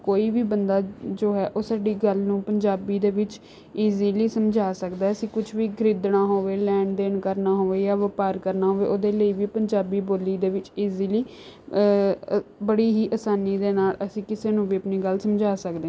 ਕੋਈ ਵੀ ਬੰਦਾ ਜੋ ਹੈ ਉਹ ਸਾਡੀ ਗੱਲ ਨੂੰ ਪੰਜਾਬੀ ਦੇ ਵਿੱਚ ਈਜ਼ੀਲੀ ਸਮਝਾ ਸਕਦਾ ਹੈ ਅਸੀਂ ਕੁਛ ਵੀ ਖਰੀਦਣਾ ਹੋਵੇ ਲੈਣ ਦੇਣ ਕਰਨਾ ਹੋਵੇ ਜਾਂ ਵਪਾਰ ਕਰਨਾ ਹੋਵੇ ਉਹਦੇ ਲਈ ਵੀ ਪੰਜਾਬੀ ਬੋਲੀ ਦੇ ਵਿੱਚ ਈਜ਼ੀਲੀ ਬੜੀ ਹੀ ਆਸਾਨੀ ਦੇ ਨਾਲ ਅਸੀਂ ਕਿਸੇ ਨੂੰ ਵੀ ਆਪਣੀ ਗੱਲ ਸਮਝਾ ਸਕਦੇ